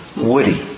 Woody